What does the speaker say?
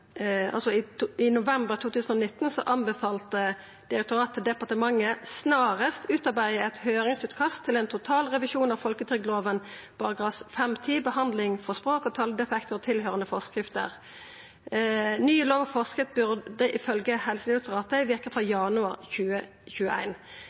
I november 2019 anbefalte direktoratet departementet snarast å utarbeida eit høyringsutkast til ein total revisjon av folketrygdloven § 5-10 om behandling for språk- og taledefektar, og tilhøyrande forskrift. Ny lov og forskrift burde ifølgje Helsedirektoratet